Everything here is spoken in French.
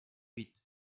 huit